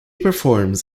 performs